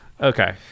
Okay